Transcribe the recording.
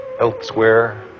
elsewhere